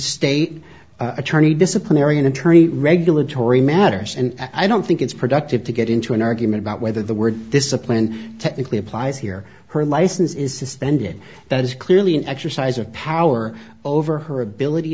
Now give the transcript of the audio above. stayed attorney disciplinary and attorney regulatory matters and i don't think it's productive to get into an argument about whether the word discipline technically applies here her license is suspended that is clearly an exercise of power over her ability